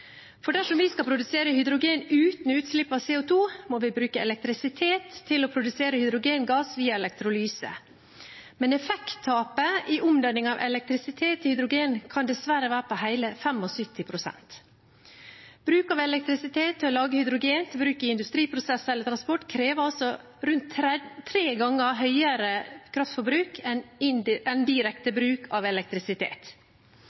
Dersom vi skal produsere hydrogen uten utslipp av CO 2 , må vi bruke elektrisitet til å produsere hydrogengass via elektrolyse, men effekttapet i omdanningen av elektrisitet til hydrogen kan dessverre være på hele 75 pst. Bruk av elektrisitet til å lage hydrogen til bruk i industriprosesser eller transport krever altså rundt tre ganger høyere kraftforbruk enn